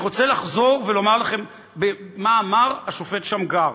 אני רוצה לחזור ולומר לכם מה אמר השופט שמגר,